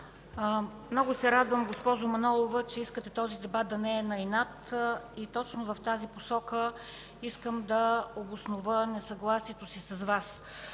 Много се радвам, госпожо Манолова, че искате този дебат да не е на инат. И точно в тази посока искам да обоснова несъгласието си с Вас.